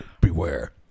beware